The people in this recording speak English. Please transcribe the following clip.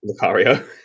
Lucario